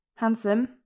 Handsome